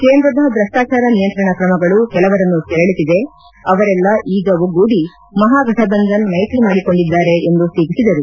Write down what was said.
ಕೇಂದ್ರದ ಭ್ರಷ್ಲಾಚಾರ ನಿಯಂತ್ರಣ ಕ್ರಮಗಳು ಕೆಲವರನ್ನು ಕೆರಳಿಸಿದೆ ಅವರೆಲ್ಲ ಈಗ ಒಗ್ಗೂಡಿ ಮಹಾಘಟ ಬಂಧನ್ ಮೈತ್ರಿ ಮಾಡಿಕೊಂಡಿದ್ದಾರೆ ಎಂದು ಟೀಕಿಸಿದರು